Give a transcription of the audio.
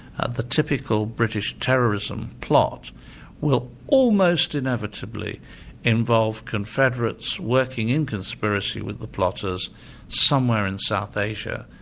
the typical british terrorism plot will almost inevitably involve confederates working in conspiracy with the plotters somewhere in south asia.